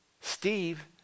Steve